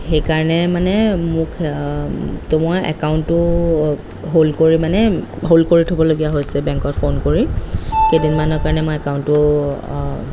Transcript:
সেইকাৰণে মানে মোক তো মই একাউণ্টটো হল্ড কৰি মানে হল্ড কৰি থ'বলগীয়া হৈছে বেংকত ফোন কৰি কেইদিনমানৰ কাৰণে মই একাউন্টটো